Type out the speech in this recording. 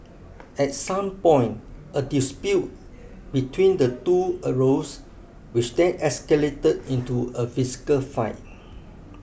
at some point a dispute between the two arose which then escalated into a physical fight